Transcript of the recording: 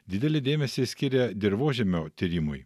didelį dėmesį skiria dirvožemio tyrimui